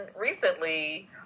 recently